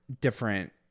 different